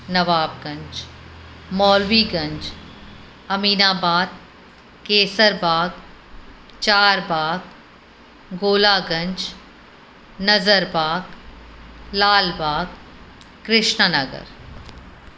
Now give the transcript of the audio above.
Nawabganj Maulviganj Aminabad Kaiserbagh Charbagh Golaganj Nazarbagh Lalbagh Krishna Nagar